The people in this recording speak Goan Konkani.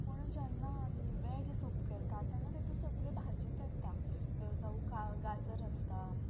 पूण जेन्ना आमी वेज सूप करतात तेन्ना तेतूंत सगलें भाजीच आसता जावूं गाजर आसता